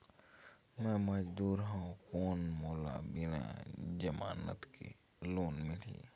मे मजदूर हवं कौन मोला बिना जमानत के लोन मिलही?